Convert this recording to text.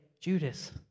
Judas